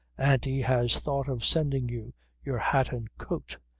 auntie has thought of sending you your hat and coat.